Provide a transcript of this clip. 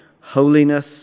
holiness